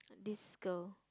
this girl